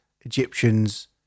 egyptians